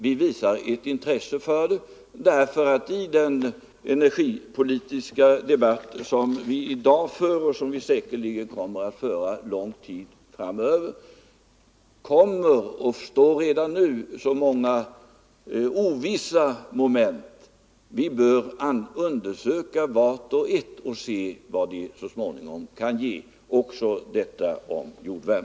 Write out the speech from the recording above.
Vi visar ett intresse för det här därför att i den energidebatt som i dag förs och som säkerligen kommer att föras lång tid framöver finns det redan nu och kommer även i fortsättningen att finnas så många ovissa moment. Nr 138 Vi bör undersöka vart och ett av dessa moment och se vad de kan ge. Måndagen den